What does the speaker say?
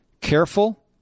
careful